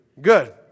Good